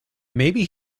maybe